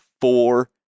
four